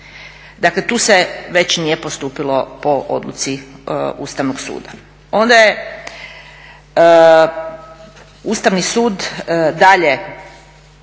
Dakle tu se već nije postupilo po odluci Ustavnog suda. Onda je Ustavni sud dalje